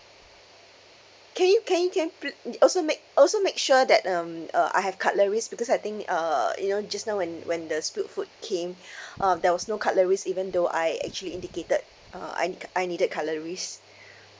can you can you can you put in also make also make sure that um uh I have cutleries because I think uh you know just now when when the spilled food came uh there was no cutleries even though I actually indicated uh I need cut~ I needed cutleries